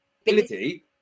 ability